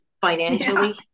financially